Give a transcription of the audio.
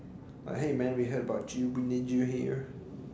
uh hey man we heard about here